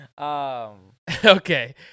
Okay